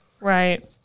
Right